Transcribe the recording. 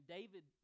David